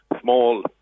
small